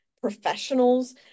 professionals